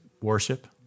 worship